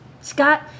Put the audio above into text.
Scott